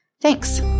Thanks